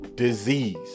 Disease